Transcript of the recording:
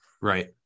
Right